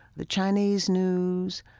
the chinese news,